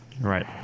Right